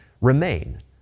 remain